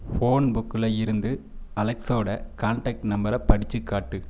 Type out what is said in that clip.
phone புக்கில் இருந்து அலெக்ஸோட கான்டெக்ட் நம்பரை படிச்சுக்காட்டு